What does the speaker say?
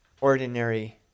ordinary